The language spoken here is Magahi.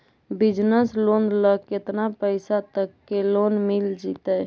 बिजनेस लोन ल केतना पैसा तक के लोन मिल जितै?